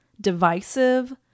divisive